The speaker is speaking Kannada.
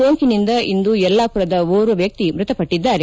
ಸೋಂಕಿನಿಂದ ಇಂದು ಯಲ್ಲಾಮರದ ಓರ್ವ ವ್ಯಕ್ತಿ ಮೃತಪಟ್ಟಿದ್ದಾರೆ